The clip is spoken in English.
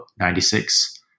96